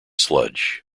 sludge